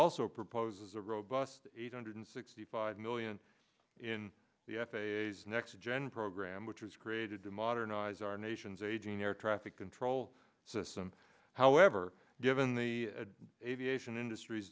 also proposes a robust eight hundred sixty five million in the f a s next gen program which was created to modernize our nation's aging air traffic control system however given the aviation industry is